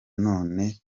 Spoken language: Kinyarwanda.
none